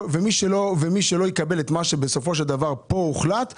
מי שבסופו של דבר לא יקבל את מה שהוחלט כאן,